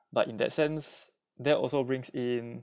but in that sense that also brings in